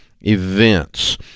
events